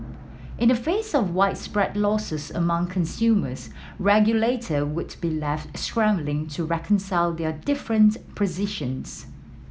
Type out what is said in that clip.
in the face of widespread losses among consumers regulator would be left scrambling to reconcile their different positions